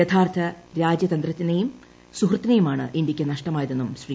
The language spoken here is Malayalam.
യഥാർത്ഥ രാജ്യതന്ത്രജ്ഞനെയും സുഹൃത്തിനെയുമാണ് ഇന്ത്യക്ക് നഷ്ടമായത് എന്നും ശ്രീ